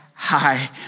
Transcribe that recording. Hi